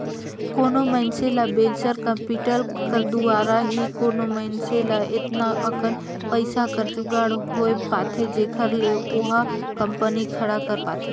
कोनो मइनसे ल वेंचर कैपिटल कर दुवारा ही कोनो मइनसे ल एतना अकन पइसा कर जुगाड़ होए पाथे जेखर ले ओहा कंपनी खड़ा कर पाथे